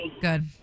Good